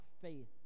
faith